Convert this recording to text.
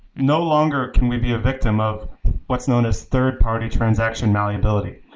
no longer can we be a victim of what's known as third-party transaction malleability.